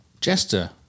Jester